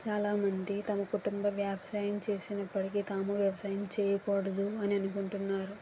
చాలామంది తమ కుటుంబ వ్యవసాయం చేసినప్పటికీ తాము వ్యవసాయం చేయకూడదు అని అనుకుంటున్నారు